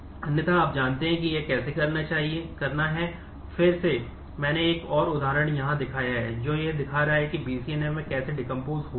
अन्यथा आप जानते हैं कि यह कैसे करना है फिर से मैंने एक और उदाहरण यहाँ दिखाया है जो यह दिखा रहा है कि BCNF में कैसे डेकोम्पोस नहीं है